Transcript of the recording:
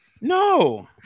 No